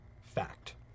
fact